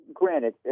Granted